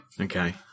Okay